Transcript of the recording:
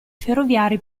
ferroviari